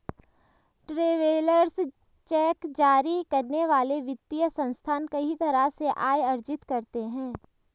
travellers cheque जारी करने वाले वित्तीय संस्थान कई तरह से आय अर्जित करते हैं